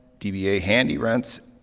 d b a handy rents,